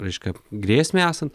reiškia grėsmei esant